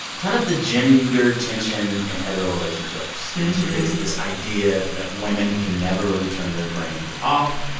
kind of the gender tension in hetero relationships and she get to this idea that women can never really turn their brains off.